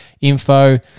info